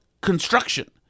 construction